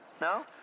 No